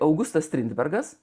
augustas strindbergas